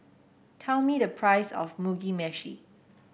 tell me the price of Mugi Meshi